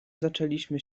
zaczęliśmy